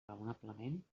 raonablement